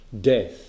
Death